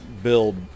build